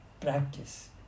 Practice